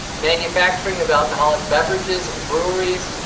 manufacturing of alcoholic beverages and breweries.